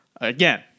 Again